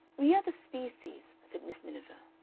we are the species, said miss miniver,